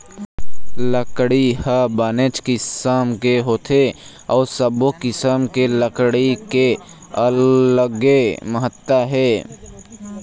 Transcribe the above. लकड़ी ह बनेच किसम के होथे अउ सब्बो किसम के लकड़ी के अलगे महत्ता हे